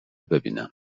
ببینم